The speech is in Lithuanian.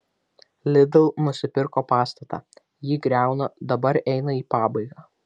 lidl nusipirko pastatą jį griauna darbai eina į pabaigą